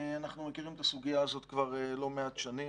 אנחנו מכירים את הסוגיה הזאת כבר לא מעט שנים